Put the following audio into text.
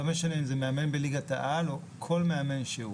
לא משנה אם זה מאמן בליגת העל או כל מאמן שהוא,